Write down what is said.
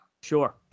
Sure